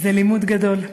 זה לימוד גדול.